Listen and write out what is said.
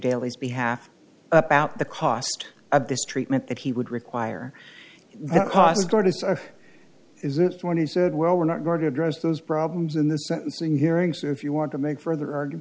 daly's behalf about the cost of this treatment that he would require that cost artists is it when he said well we're not going to address those problems in the sentencing hearing so if you want to make further argue